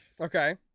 okay